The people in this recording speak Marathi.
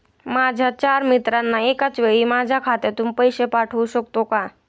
माझ्या चार मित्रांना एकाचवेळी माझ्या खात्यातून पैसे पाठवू शकतो का?